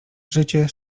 życie